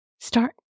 start